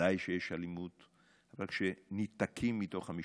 ובוודאי כשיש אלימות, כשניתקים מתוך המשפחה.